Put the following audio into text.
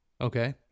Okay